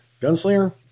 Gunslinger